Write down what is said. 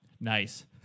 Nice